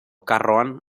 karroan